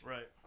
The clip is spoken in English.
Right